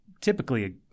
typically